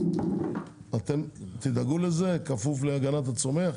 אתם תדאגו לזה כפוף להגנת הצומח?